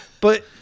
But-